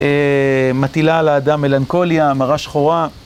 מטילה על האדם מלנכוליה, מרה שחורה.